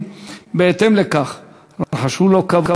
חברי הכנסת,